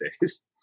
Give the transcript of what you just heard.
days